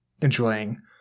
enjoying